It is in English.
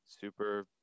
super